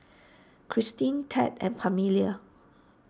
Kristin Ted and Pamelia